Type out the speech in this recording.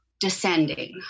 Descending